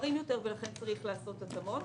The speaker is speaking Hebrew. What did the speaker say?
מאוחרים יותר ולכן צריך לעשות התאמות.